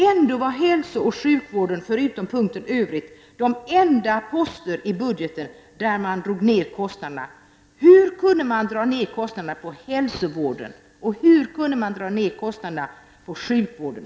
Ändå var hälsooch sjukvården förutom punkten Övrigt den enda post i budgeten, där man drog ner kostnaderna. Hur kan man i budgeten dra ner kostnaderna för hälsooch sjukvården?